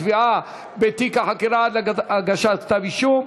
התביעה בתיק החקירה עד להגשת כתב אישום),